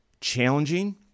challenging